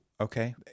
okay